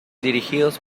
dirigidos